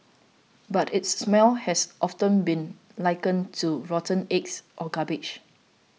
but its smell has often been likened to rotten eggs or garbage